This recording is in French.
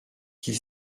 qu’il